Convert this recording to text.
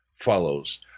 follows